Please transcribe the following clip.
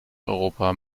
europa